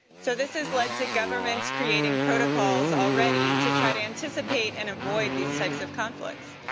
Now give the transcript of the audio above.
so this has led to governments creating protocols already to try to anticipate and avoid these types of conflicts.